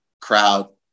crowd